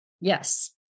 Yes